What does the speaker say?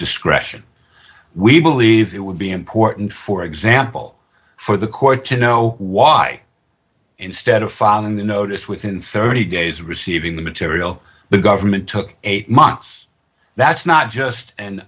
discretion we believe it would be important for example for the court to know why instead of following the notice within thirty days receiving the material the government took eight months that's not just